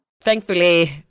Thankfully